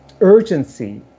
urgency